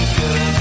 good